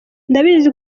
ndabizi